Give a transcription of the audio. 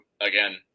Again